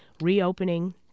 reopening